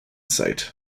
site